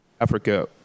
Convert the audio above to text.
Africa